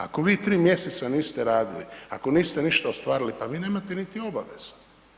Ako vi 3 mj. niste radili, ako niste ništa ostvarili, pa vi nemate niti obaveze.